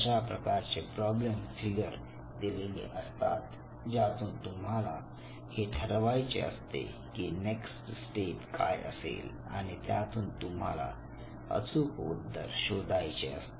अशा प्रकारचे problem figure दिलेले असतात ज्यातून तुम्हाला हे ठरवायचे असते की नेक्स्ट स्टेप काय असेल आणि त्यातून तुम्हाला अचूक उत्तर शोधायचे असते